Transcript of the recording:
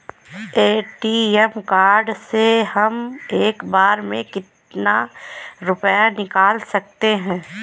ATM card से हम एक बार में कितना रुपया निकाल सकते हैं?